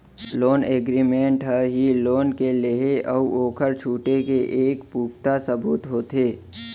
loan agreement ह ही loan के लेहे अउ ओखर छुटे के एक पुखता सबूत होथे